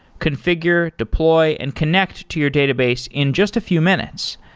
configure, deploy and connect to your database in just a few minutes.